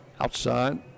outside